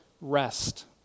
rest